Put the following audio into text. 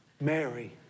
Mary